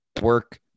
work